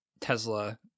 Tesla